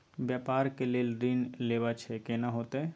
व्यापार के लेल ऋण लेबा छै केना होतै?